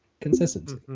Consistency